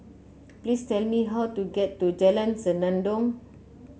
please tell me how to get to Jalan Senandong